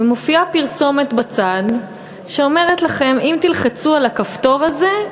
ומופיעה פרסומת בצד שאומרת לכם: אם תלחצו על הכפתור הזה,